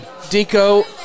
Deco